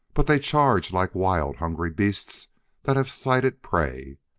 but they charged like wild, hungry beasts that have sighted prey.